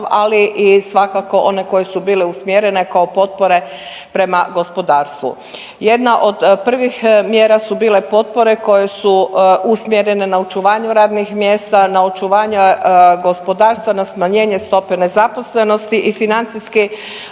ali i svakako, one koje su bile usmjerene kao potpore prema gospodarstvu. Jedna od prvih mjera su bile potpore koje su usmjerene na očuvanju radnih mjesta, na očuvanja gospodarstva, na smanjenje stope nezaposlenosti i financijski